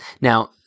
Now